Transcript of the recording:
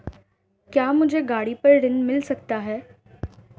क्या मुझे गाड़ी पर ऋण मिल सकता है?